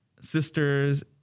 Sisters